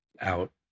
out